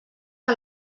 que